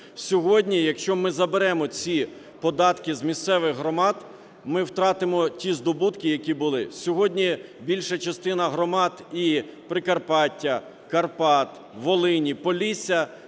Сьогодні, якщо ми заберемо ці податки з місцевих громад, ми втратимо ті здобутки, які були. Сьогодні більша частина громад і Прикарпаття, Карпат, Волині, Полісся